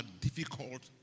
difficult